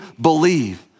believe